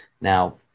Now